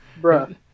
Bruh